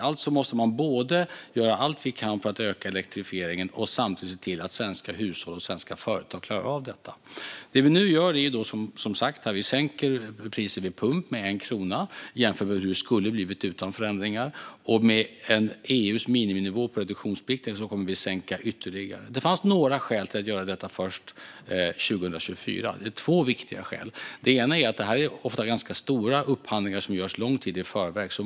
Vi måste alltså både göra allt vi kan för att öka elektrifieringen och samtidigt se till att svenska hushåll och svenska företag klarar av detta. Det vi nu gör är som sagt att sänka priset vid pump med 1 krona jämfört med hur det skulle ha blivit utan förändringar. Med EU:s miniminivå på reduktionsplikten kommer vi att sänka det ytterligare. Det fanns två viktiga skäl till att göra detta först 2024. Det ena är att detta ofta är ganska stora upphandlingar som görs lång tid i förväg.